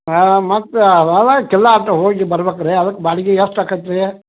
ಮತ್ತು ಕಿಲಾ ಹತ್ತಿರ ಹೋಗಿ ಬರ್ಬೇಕ್ ರೀ ಅದಕ್ಕೆ ಬಾಡ್ಗೆ ಎಷ್ಟು ಆಗತ್ ರೀ